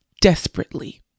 desperately